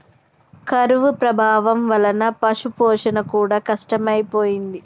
కరువు ప్రభావం వలన పశుపోషణ కూడా కష్టమైపోయింది